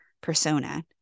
persona